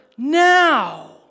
Now